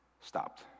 stopped